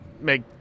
make